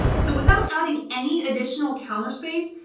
so without adding any additional counter space,